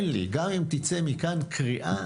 גם אם תצא מכאן קריאה,